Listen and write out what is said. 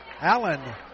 Allen